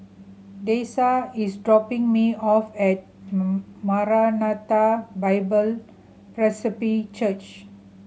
Dessa is dropping me off at Maranatha Bible Presby Church